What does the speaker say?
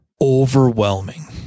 overwhelming